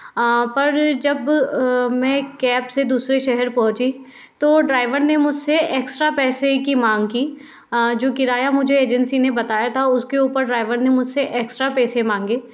पर जब मैं कैब से दूसरे शहर पहुंची तो ड्राइवर ने मुझसे एक्स्ट्रा पैसे की माँग की जो किराया मुझे एजेंसी ने बताया था उसके ऊपर ड्राइवर ने मुझसे एक्स्ट्रा पैसे मांगे